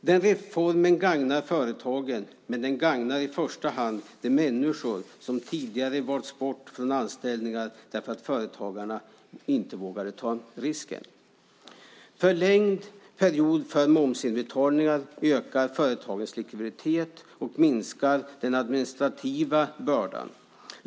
Den reformen gagnar företagen. Men i första hand gagnar den de människor som tidigare valts bort från anställningar därför att företagarna inte vågat ta risken. En förlängd period för momsinbetalningar ökar företagens likviditet och minskar den administrativa bördan.